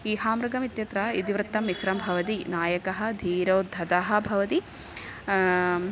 इहामृगमित्यत्र इतिवृत्तं मिश्रं भवति नायकः धीरोद्धतः भवति